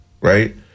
Right